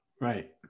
Right